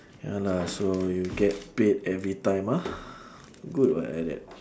ya lah so you get paid every time ah good [what] like that